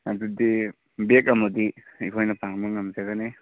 ꯑꯗꯨꯗꯤ ꯕꯦꯒ ꯑꯃꯗꯤ ꯑꯩꯈꯣꯏꯅ ꯄꯥꯡꯕ ꯉꯝꯖꯒꯅꯤ